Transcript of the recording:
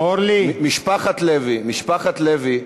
משפחת לוי, משפחת לוי.